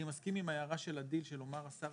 אני מסכים עם ההערה של הדיל שלומר השר